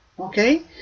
Okay